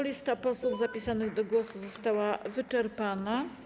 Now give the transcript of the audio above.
Lista posłów zapisanych do głosu została wyczerpana.